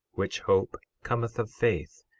which hope cometh of faith,